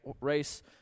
race